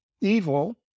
evil